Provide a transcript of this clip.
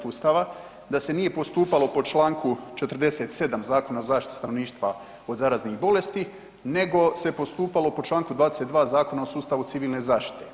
Ustava, da se nije postupalo po čl. 47 Zakona o zaštiti stanovništva od zaraznih bolesti nego se postupalo po čl. 22 Zakona o sustavu civilne zaštite.